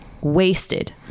wasted